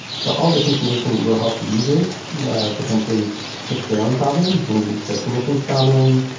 so all this information will help the user potentially fix their own problem. maybe it's a permissions problem.